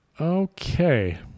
Okay